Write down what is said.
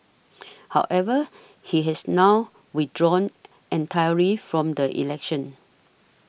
however he has now withdrawn entirely from the election